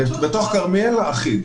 בתוך כרמיאל, אחיד.